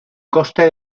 coste